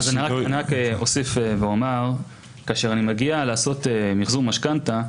אני רק אוסיף ואומר: כאשר אני מגיע לעשות מחזור משכנתה,